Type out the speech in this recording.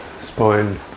spine